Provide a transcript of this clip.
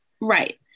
Right